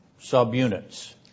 subunits